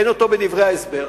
אין בדברי ההסבר,